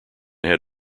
had